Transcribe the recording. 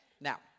Now